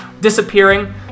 disappearing